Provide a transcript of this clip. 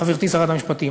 חברתי שרת המשפטים,